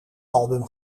album